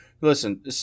Listen